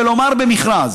כלומר במכרז.